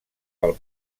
pel